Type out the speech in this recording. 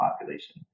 population